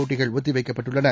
போட்டிகள் ஒத்தி வைக்கப்பட்டுள்ளன